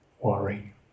worry